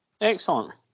Excellent